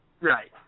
Right